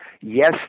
yes